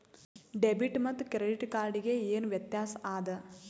Debit ಮತ್ತ credit card ಗೆ ಏನ ವ್ಯತ್ಯಾಸ ಆದ?